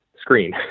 screen